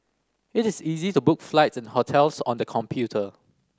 it is easy to book flights and hotels on the computer